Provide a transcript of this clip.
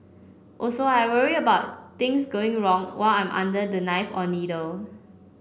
also I worry about things going wrong while I'm under the knife or needle